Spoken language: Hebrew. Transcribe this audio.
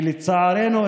שלצערנו,